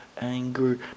anger